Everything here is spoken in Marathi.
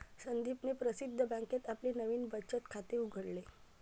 संदीपने प्रसिद्ध बँकेत आपले नवीन बचत खाते उघडले